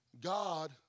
God